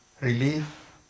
relief